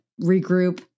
regroup